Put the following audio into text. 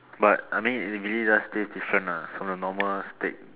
but I mean it really just tastes different lah from the normal steak